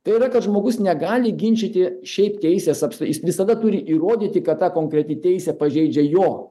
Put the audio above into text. tai yra kad žmogus negali ginčyti šiaip teisės apsi jis visada turi įrodyti kad ta konkreti teisė pažeidžia jo